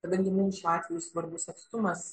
kadangi mum šiuo atveju svarbus atstumas